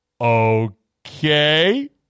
Okay